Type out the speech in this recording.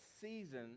season